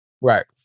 Right